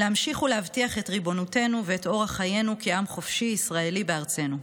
להמשיך ולהבטיח את ריבונותנו ואת אורח חיינו כעם חופשי ישראלי בארצנו.